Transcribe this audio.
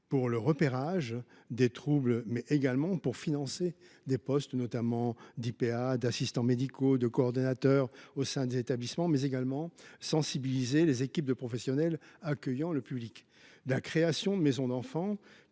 pour repérer les troubles, pour financer des postes, notamment d’IPA, d’assistants médicaux ou de coordonnateurs au sein des établissements, mais également pour sensibiliser les équipes de professionnels accueillant du public. La création de maisons des enfants,